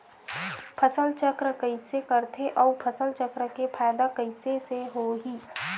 फसल चक्र कइसे करथे उ फसल चक्र के फ़ायदा कइसे से होही?